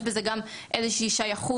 יש בזה גם איזושהי שייכות.